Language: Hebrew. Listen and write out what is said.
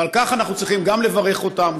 ועל כך אנחנו צריכים גם לברך אותם,